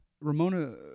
Ramona